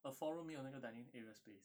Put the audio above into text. a four room 没有那个 dining area space